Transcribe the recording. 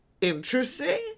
interesting